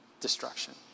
destruction